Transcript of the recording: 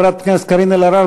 חברת הכנסת קארין אלהרר,